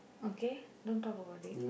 okay don't talk about it